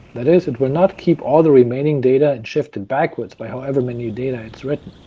that is, it will not keep all the remaining data and shift it backwards by however many data it's written.